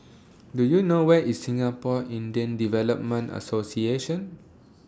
Do YOU know Where IS Singapore Indian Development Association